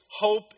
hope